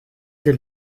del